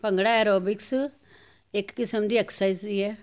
bhangra aerobics ਇੱਕ ਕਿਸਮ ਦੀ ਐਕਸਸਾਈਜ਼ ਹੀ ਹੈ